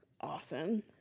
awesome